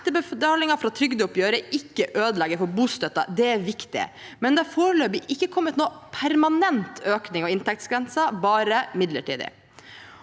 etterbetalinger fra trygdeoppgjøret ikke ødelegger for bostøtten. Det er viktig, men det er foreløpig ikke kommet noen permanent økning av inntektsgrensen, bare midlertidig.